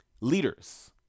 leaders